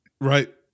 Right